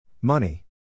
Money